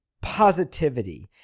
positivity